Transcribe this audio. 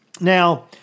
Now